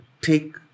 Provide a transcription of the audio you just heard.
take